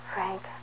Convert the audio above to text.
Frank